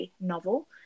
novel